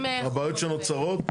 הבעיות שנוצרות.